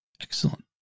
Excellent